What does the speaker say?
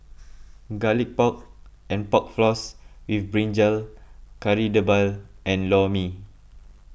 Garlic Pork and Pork Floss with Brinjal Kari Debal and Lor Mee